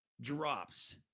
drops